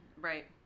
right